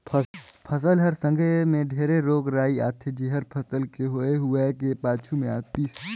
फसल हर संघे मे ढेरे रोग राई आथे जेहर फसल के होए हुवाए के पाछू मे आतिस